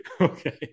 okay